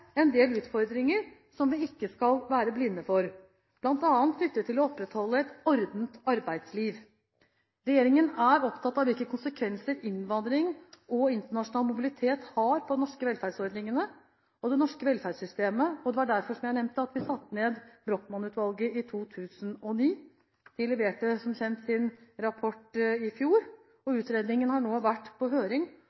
en del utfordringer som vi ikke skal være blinde for, bl.a. knyttet til å opprettholde et ordnet arbeidsliv. Regjeringen er opptatt av hvilke konsekvenser innvandring og internasjonal mobilitet har på de norske velferdsordningene og det norske velferdssystemet. Derfor, som jeg nevnte, satte vi ned Brochmann-utvalget i 2009. De leverte, som kjent, sin rapport i fjor. Utredningen har nå vært på høring og